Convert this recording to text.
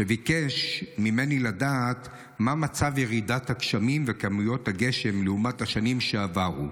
שביקש ממני לדעת מה מצב ירידת הגשמים וכמויות הגשם לעומת השנים שעברו.